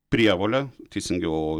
prievolę teisingiau